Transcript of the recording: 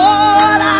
Lord